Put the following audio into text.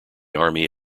army